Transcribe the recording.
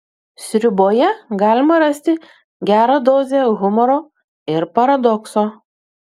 sriuboje galima rasti gerą dozę humoro ir paradokso